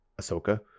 Ahsoka